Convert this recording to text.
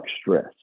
stress